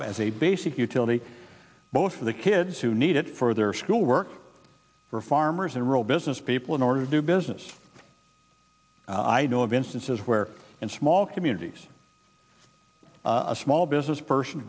of as a basic utility both for the kids who need it for their school work for farmers and rural business people in order to do business i do have instances where and small communities a small business person